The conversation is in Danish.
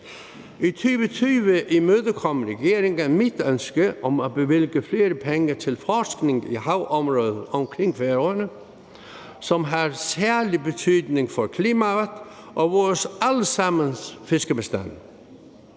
I 2020 imødekom regeringen mit ønske om at bevilge flere penge til forskning i havområdet omkring Færøerne, som har særlig betydning for klimaet og vores alle sammens fiskebestand.